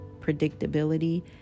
predictability